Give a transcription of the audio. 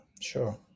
sure